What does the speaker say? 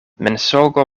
mensogo